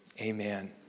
amen